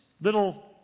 little